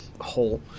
hole